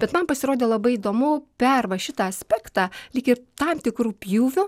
bet man pasirodė labai įdomu per va šitą aspektą lyg ir tam tikru pjūviu